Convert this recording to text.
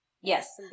Yes